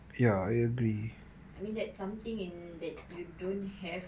ya I mean that's something in that you don't have